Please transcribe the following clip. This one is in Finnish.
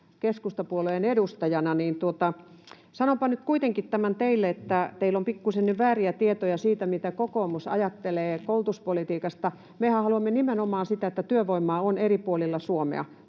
keskustapuolueen edustajana — niin sanonpa nyt kuitenkin tämän teille, että teillä on pikkusen nyt vääriä tietoja siitä, mitä kokoomus ajattelee koulutuspolitiikasta. Mehän haluamme nimenomaan sitä, että työvoimaa on eri puolilla Suomea,